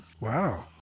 Wow